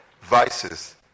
vices